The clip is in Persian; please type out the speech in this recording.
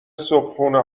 صبحونه